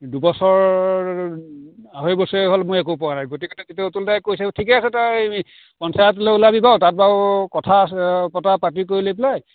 দুবছৰ আঢ়ৈ বছৰেই হ'ল মই একো পোৱা নাই গতিকে অতুল দাই কৈছে ঠিকে আছে তই পঞ্চায়তলৈ ওলাবি বাৰু তাত বাৰু কথা বতৰা পাতি কৰি লৈ পেলাই